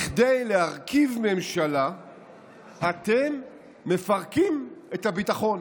כדי להרכיב ממשלה אתם מפרקים את הביטחון.